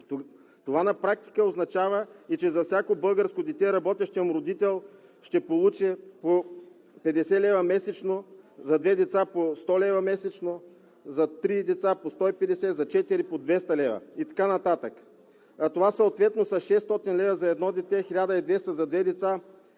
Това на практика означава и че за всяко българско дете работещият му родител ще получи по 50 лв. месечно, за две деца по 100 лв. месечно, за три деца по 150, за четири по 200 лв. и така нататък. Това съответно са 600 лв. за едно дете, 1200 за две лица,